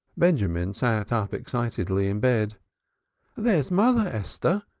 benjamin sat up excitedly in bed there's mother, esther!